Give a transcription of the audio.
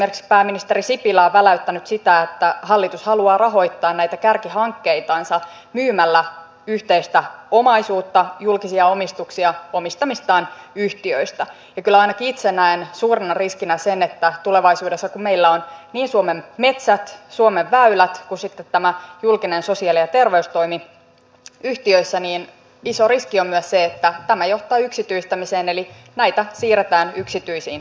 esimerkiksi pääministeri sipilä on väläyttänyt sitä että hallitus haluaa rahoittaa näitä kärkihankkeitansa myymällä yhteistä omaisuutta julkisia omistuksia omistamistaan yhtiöistä ja kyllä ainakin itse näen suurena riskinä myös sen että kun tulevaisuudessa meillä on niin suomen metsät suomen väylät kuin sitten tämä julkinen sosiaali ja terveystoimi yhtiöissä niin iso riski on se että tämä johtaa yksityistämiseen eli näitä siirretään yksityisiin taskuihin